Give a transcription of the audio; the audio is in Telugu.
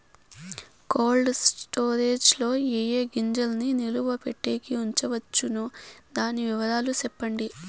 కోల్డ్ స్టోరేజ్ లో ఏ ఏ గింజల్ని నిలువ పెట్టేకి ఉంచవచ్చును? దాని వివరాలు సెప్పండి?